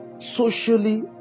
socially